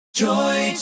Joy